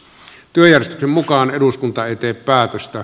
työjärjestyksen mukaan eduskunta ei tee päätöstä